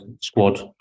squad